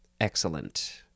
Excellent